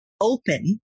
open